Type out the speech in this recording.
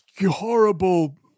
horrible